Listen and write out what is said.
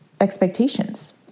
expectations